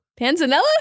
panzanella